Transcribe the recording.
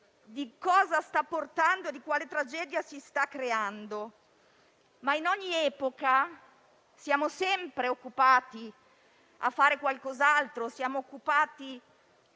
di dove sta andando, di quale tragedia si sta creando. In ogni epoca siamo sempre occupati a fare qualcos'altro, ad avere